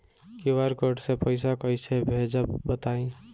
QR code से पईसा कईसे भेजब बताई?